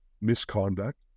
misconduct